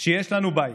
שיש לנו בית,